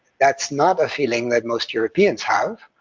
that's not a feeling that most europeans have,